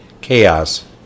Chaos